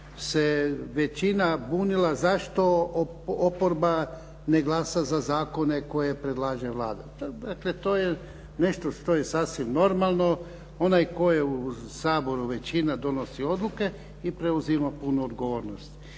se većina bunila zašto oporba ne glasa za zakone koje predlaže Vlada. Dakle, to je nešto što je sasvim normalno. Onaj tko je u Saboru većina, donosi odluke i preuzima punu odgovornost.